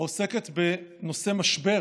העוסקת בנושא המשבר